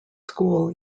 school